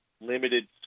limited